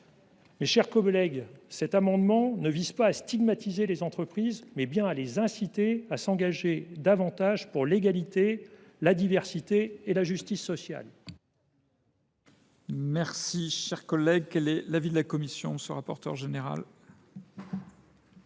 Mes chers collègues, cet amendement vise non pas à stigmatiser les entreprises, mais à les inciter à s’engager davantage pour l’égalité, la diversité et la justice sociale.